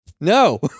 No